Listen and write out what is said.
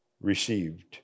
received